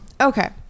Okay